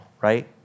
right